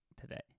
today